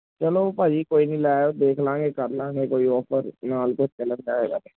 ਚਲੋ ਭਾਅ ਜੀ ਕੋਈ ਨਹੀਂ ਲੈ ਆਇਓ ਦੇਖ ਲਵਾਂਗੇ ਕਰ ਲਵਾਂਗੇ ਕੋਈ ਔਫਰ ਨਾਲ ਜੇ ਚੱਲ ਰਿਹਾ ਹੋਵੇਗਾ ਜੇ